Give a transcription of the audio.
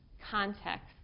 context